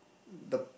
the